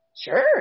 Sure